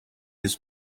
his